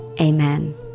Amen